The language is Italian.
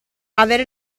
avere